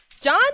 John